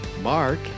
mark